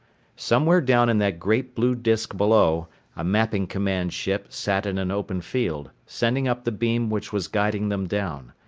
somewhere down in that great blue disc below a mapping command ship sat in an open field, sending up the beam which was guiding them down.